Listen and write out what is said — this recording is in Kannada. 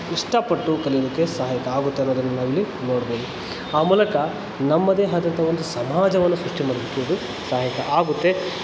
ಇಷ್ಟಪಟ್ಟು ಕಲೀಲಿಕ್ಕೆ ಸಹಾಯಕ ಆಗುತ್ತೆ ಅನ್ನೋದನ್ನು ನಾವಿಲ್ಲಿ ನೋಡ್ಬೋದು ಆ ಮೂಲಕ ನಮ್ಮದೇ ಆದಂಥ ಒಂದು ಸಮಾಜವನ್ನು ಸೃಷ್ಟಿ ಮಾಡಲಿಕ್ಕೆ ಇದು ಸಹಾಯಕ ಆಗುತ್ತೆ